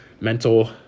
mental